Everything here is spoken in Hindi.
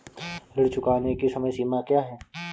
ऋण चुकाने की समय सीमा क्या है?